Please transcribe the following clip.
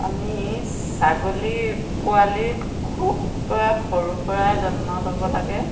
আমি ছাগলী পোৱালিক খুব সৰুৰ পৰা যত্ন ল'ব লাগে